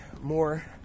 more